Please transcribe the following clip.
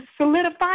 solidify